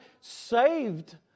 saved